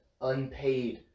unpaid